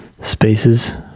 spaces